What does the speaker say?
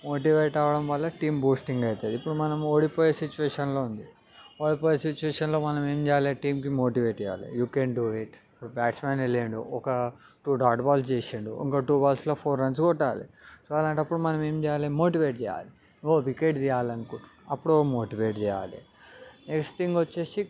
motivate అవ్వడం వల్ల team boosting అవుతుంది ఇప్పుడు మనము ఓడిపోయే సిచ్యువేషన్లో ఉన్నాము ఓడిపోయి సిచ్యువేషన్లో మనము ఏం చేయలేదు టీంకి మోటివేట్ ఇవ్వాలి you can do it batsman వెళ్ళాడు ఒక డాట్ బాల్ చేసాడు ఇంకో టు అవర్స్లో ఫోర్ రన్స్ కొట్టాలి సో అలాంటప్పుడు మనము ఏం చేయాలి మోటివేట్ చెయ్యాలి ఓ వికెట్ తియ్యాలంటే అప్పుడో మోటివేట్ చెయ్యాలి టెస్టింగ్ వచ్చేసి